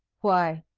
why,